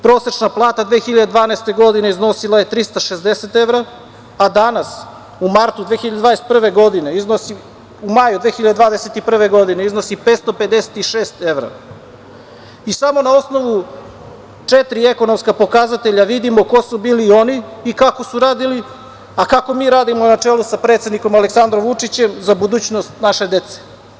Prosečna plata 2012. godine iznosila je 360 evra, a danas u maju 2021. godine iznosi 556 evra i samo na osnovu četiri ekonomska pokazatelja vidimo ko su bili oni i kako su radili, a kako mi radimo na čelu sa predsednikom Aleksandrom Vučićem za budućnost naše dece.